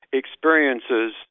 experiences